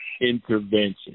intervention